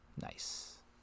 Nice